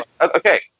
Okay